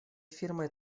фирмой